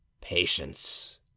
patience